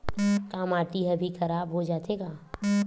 का माटी ह भी खराब हो जाथे का?